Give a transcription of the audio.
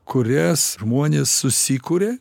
kurias žmonės susikuria